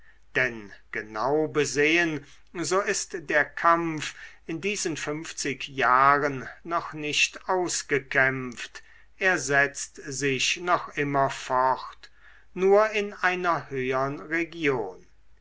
denn genau besehen so ist der kampf in diesen fünfzig jahren noch nicht ausgekämpft er setzt sich noch immer fort nur in einer höhern region